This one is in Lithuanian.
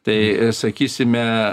tai sakysime